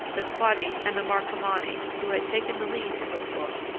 the quadi and the marcomanni, who had taken the lead in the war,